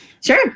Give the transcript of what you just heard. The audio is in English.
Sure